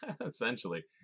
essentially